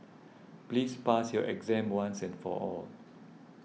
please pass your exam once and for all